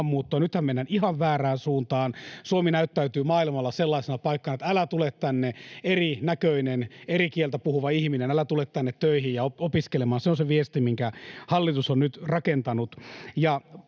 Nythän mennään ihan väärään suuntaan. Suomi näyttäytyy maailmalla sellaisena paikkana, että ”älä tule tänne, erinäköinen, eri kieltä puhuva ihminen, älä tule tänne töihin ja opiskelemaan”. Se on se viesti, minkä hallitus on nyt rakentanut.